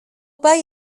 bai